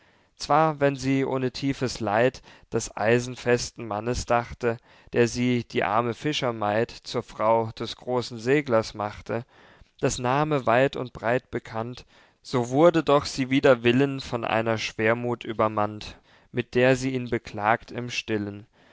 zwar wenn sie ohne tiefes leid des eisenfesten mannes dachte der sie die arme fischermaid zur frau des großen seglers machte deß name weit und breit bekannt so wurde doch sie wider willen von einer schwermuth übermannt mit der sie ihn beklagt im stillen